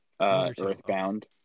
Earthbound